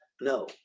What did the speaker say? no